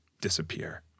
disappear